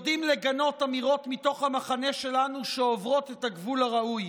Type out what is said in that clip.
אנחנו יודעים לגנות אמירות מתוך המחנה שלנו שעוברות את הגבול הראוי.